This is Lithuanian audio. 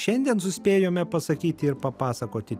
šiandien suspėjome pasakyti ir papasakoti